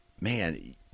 man